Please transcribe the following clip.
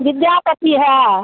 विद्यापति है